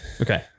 Okay